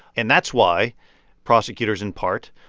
and that's why prosecutors, in part,